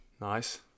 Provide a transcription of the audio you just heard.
Nice